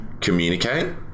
communicate